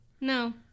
No